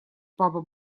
папы